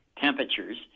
temperatures